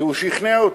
שהוא שכנע אותי.